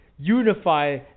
Unify